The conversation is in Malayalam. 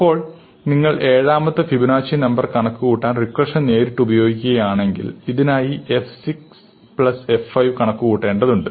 ഇപ്പോൾ നിങ്ങൾ ഏഴാമത്തെ ഫിബൊനാച്ചി നമ്പർ കണക്കുകൂട്ടാൻ റിക്കർഷൻ നേരിട്ട് ഉപയോഗിക്കുകയാണെങ്കിൽ ഇതിനായി f 6 പ്ലസ് f 5 കണക്കുകൂട്ടേണ്ടതുണ്ട്